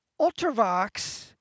Ultravox